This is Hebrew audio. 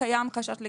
קיים חשש לגלגול,